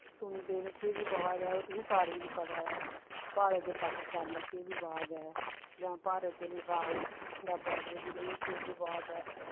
सुनदे न कि विवाद ऐ ओह् तुसें सारें गी पता ऐ भारत ते पाकिस्तान दा केह् विवाद ऐ जां भारत ते नेपाल दा बार्डर गी लेइयै केह् विवाद ऐ